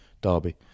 Derby